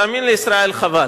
תאמין לי, ישראל, חבל.